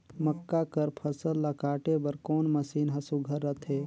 मक्का कर फसल ला काटे बर कोन मशीन ह सुघ्घर रथे?